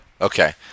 Okay